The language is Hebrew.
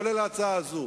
לרבות ההצעה הזאת.